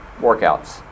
workouts